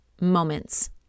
moments